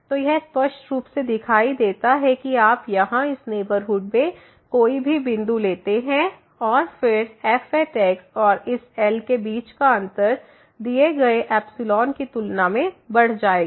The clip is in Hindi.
तो यह स्पष्ट रूप से दिखाई देता है कि आप यहां इस नेबरहुड में कोई भी बिंदु लेते हैं और फिर f और इस L के बीच का अंतर दिए गए की तुलना में बढ़ जाएगा